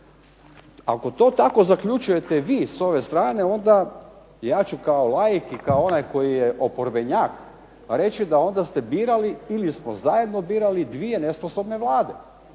Ako to tako zaključujete vi s ove strane onda ja ću kao laik i kao onaj koji je oporbenjak reći da onda ste birali ili smo zajedno birali 2 nesposobne Vlade.